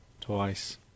twice